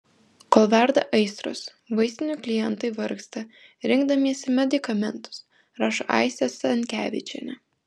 kol verda aistros vaistinių klientai vargsta rinkdamiesi medikamentus rašo aistė stankevičienė